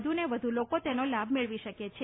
વધુને વધુ લોકોને તેનો લાભ મેળવી શકે છે